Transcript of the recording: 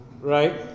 right